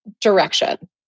direction